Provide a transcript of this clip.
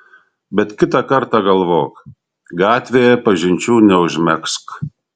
bet kitą kartą galvok gatvėje pažinčių neužmegzk